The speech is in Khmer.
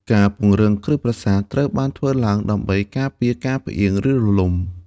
ការពង្រឹងគ្រឹះប្រាសាទត្រូវបានធ្វើឡើងដើម្បីការពារការផ្អៀង ឬរលំ។